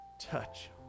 Touch